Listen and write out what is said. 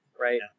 right